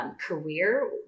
career